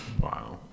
wow